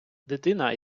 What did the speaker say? дитина